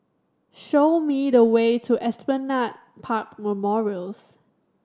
show me the way to Esplanade Park Memorials